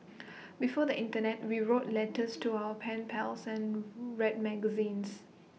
before the Internet we wrote letters to our pen pals and read magazines